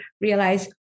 realize